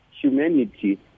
humanity